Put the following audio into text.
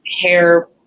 hair